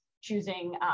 choosing